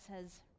says